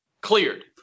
cleared